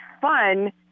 fun